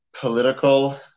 political